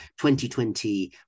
2020